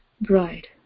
bride